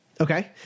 Okay